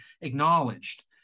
acknowledged